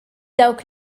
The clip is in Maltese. dawk